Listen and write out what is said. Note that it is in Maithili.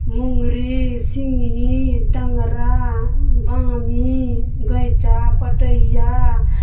मुँगरी सिंघी टेंगरा बामी गैँचा पठिया